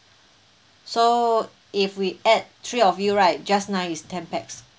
so if we add three of you right just nice is ten pax